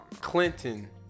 Clinton